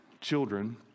children